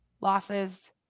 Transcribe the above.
losses